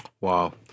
Wow